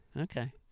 okay